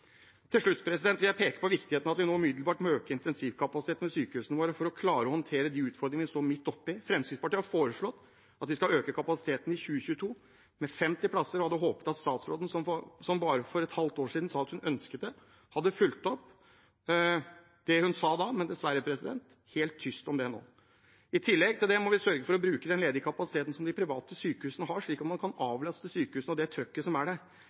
Til slutt vil jeg peke på viktigheten av at vi nå umiddelbart må øke intensivkapasiteten ved sykehusene våre for å klare å håndtere de utfordringene vi står midt oppe i. Fremskrittspartiet har foreslått at vi skal øke kapasiteten i 2022 med 50 plasser, og jeg hadde håpet at statsråden, som bare for et halvt år siden sa hun ønsket det, hadde fulgt opp det hun sa da, men dessverre er det helt tyst om det nå. I tillegg til det må vi sørge for å bruke den ledige kapasiteten som de private sykehusene har, slik at man kan avlaste sykehus og det trøkket som er der. Vi ser at operasjon på operasjon blir avlyst, og da er det